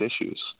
issues